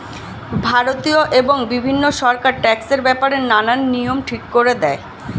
ভারতীয় এবং বিভিন্ন সরকার ট্যাক্সের ব্যাপারে নানান নিয়ম ঠিক করে দেয়